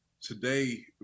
Today